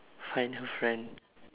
find her friend